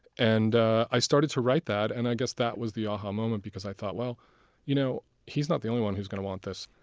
and i started to write that. and i guess that was the aha moment because i thought, you know he's not the only one who's going to want this.